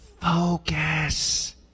focus